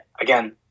again